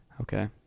Okay